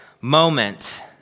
moment